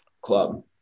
club